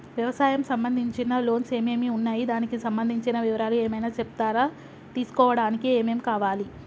వ్యవసాయం సంబంధించిన లోన్స్ ఏమేమి ఉన్నాయి దానికి సంబంధించిన వివరాలు ఏమైనా చెప్తారా తీసుకోవడానికి ఏమేం కావాలి?